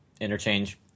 interchange